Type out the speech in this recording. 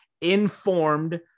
informed